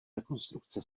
rekonstrukce